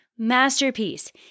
masterpiece